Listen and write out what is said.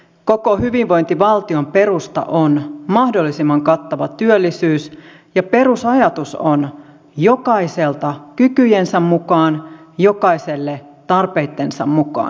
koko hyvinvointivaltion perusta on mahdollisimman kattava työllisyys ja perusajatus on jokaiselta kykyjensä mukaan jokaiselle tarpeittensa mukaan